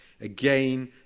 Again